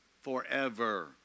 forever